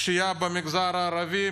הפשיעה במגזר הערבי,